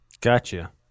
Gotcha